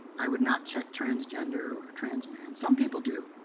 i would not check transgender, or trans man some people do.